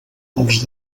els